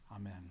Amen